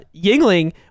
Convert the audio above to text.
yingling